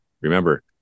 remember